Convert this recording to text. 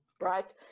Right